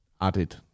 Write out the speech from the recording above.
added